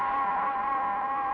oh